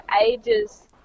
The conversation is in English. ages